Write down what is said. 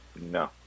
No